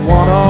one